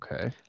Okay